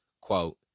Quote